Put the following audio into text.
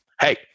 Hey